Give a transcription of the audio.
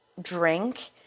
drink